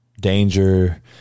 danger